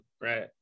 Right